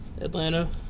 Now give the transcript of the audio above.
Atlanta